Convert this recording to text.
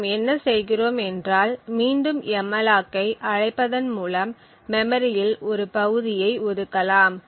நாம் என்ன செய்கிறோம் என்றால் மீண்டும் எம்மலாக்கை அழைப்பதன் மூலம் மெமரியில் ஒரு பகுதியை ஒதுக்கலாம்